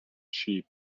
sheep